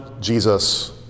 Jesus